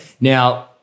Now